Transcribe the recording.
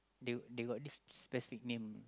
they they got this specific name